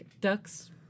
ducks